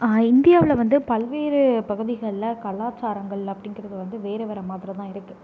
இந்தியாவில் வந்து பல்வேறு பகுதிகள்ல கலாச்சாரங்கள் அப்படிங்கிறது வந்து வேற வேற மாதிரி தான் இருக்குது